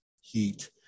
heat